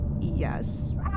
yes